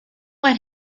let